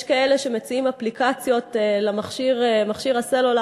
יש כאלה שמציעים אפליקציות למכשיר, מכשיר הסלולר.